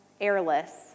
airless